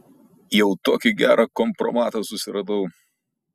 jau tokį gerą kompromatą susiradau